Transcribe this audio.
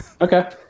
Okay